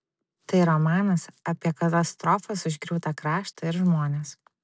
tai romanas apie katastrofos užgriūtą kraštą ir žmones